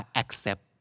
accept